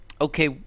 Okay